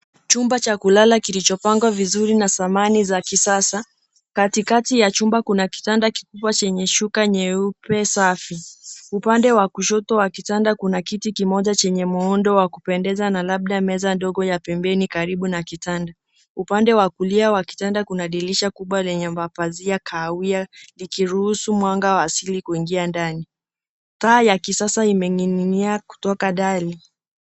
Chumba cha kulala kilichopangwa vizuri na samani za kisasa. Katikati ya chumba kuna kitanda kikubwa chenye shuka nyeupe safi. Upande wa kushoto wa kitanda kuna kiti kimoja chenye muundo wa kupendeza na labda meza ndogo ya pembeni karibu na kitanda, upande wa kulia wa kitanda kuna dirisha kubwa lenye mapazia kahawia likiruhusu mwanga asili kuingia ndani. Taa ya kisasa imeninginia kutoka ndani.